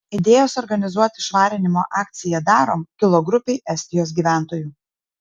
idėja suorganizuoti švarinimo akciją darom kilo grupei estijos gyventojų